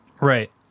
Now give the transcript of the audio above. Right